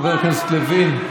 חבר הכנסת לוין,